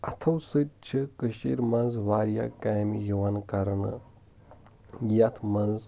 اتھو سۭتۍ چھِ کٔشیٖر منٛز واریاہ کامہِ یِوان کرنہٕ یتھ منٛز